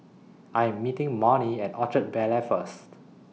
I Am meeting Marnie At Orchard Bel Air First